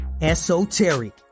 esoteric